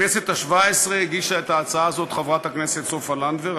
בכנסת השבע-עשרה הגישה את ההצעה הזאת חברת הכנסת סופה לנדבר,